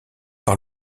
par